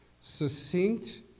succinct